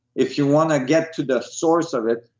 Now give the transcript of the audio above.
if you want to get to the source of it,